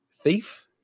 Thief